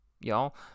Y'all